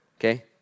okay